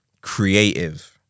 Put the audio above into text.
creative